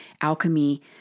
Alchemy